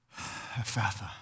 Ephatha